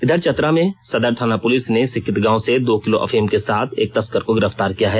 इधर चतरा में सदर थाना पुलिस ने सिकिद गांव से दो किलो अफीम के साथ एक तस्कर को गिरफ्तार किया है